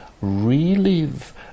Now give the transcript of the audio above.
relive